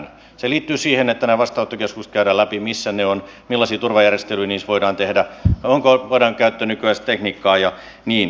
se liittyy siihen että nämä vastaanottokeskukset käydään läpi missä ne ovat millaisia turvajärjestelyjä niissä voidaan tehdä voidaanko käyttää nykyaikaista tekniikkaa ja niin edelleen